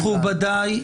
שקט, מכובדיי.